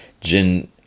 Jin